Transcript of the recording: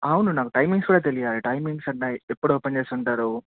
అవును నాకు టైమింగ్స్ కూడా తెలియాలి టైమింగ్స్ ఎప్పుడు ఓపెన్ చేసి ఉంటారు